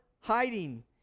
hiding